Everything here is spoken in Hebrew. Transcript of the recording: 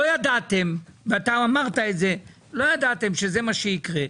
לא ידעתם, ואתה אמרת את זה, שזה מה שיקרה.